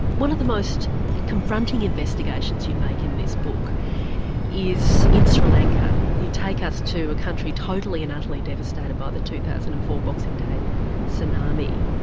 one of the most confronting investigations you make in this book is in sri lanka, you take us to a country totally and utterly devastated by the two thousand and four boxing day tsunami.